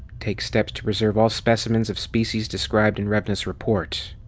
take steps to preserve all specimens of species described in revna's report.